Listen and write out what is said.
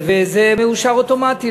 וזה מאושר אוטומטית,